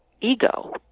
ego